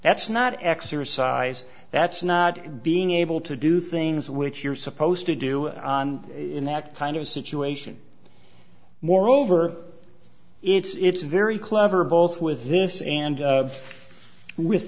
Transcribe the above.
that's not exercise that's not being able to do things which you're supposed to do it on in that kind of situation moreover it's very clever both with this and with